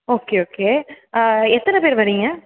okay okay எத்தனை பேரு வரிங்க